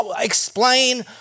explain